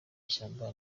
ishyamba